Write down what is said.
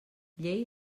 llei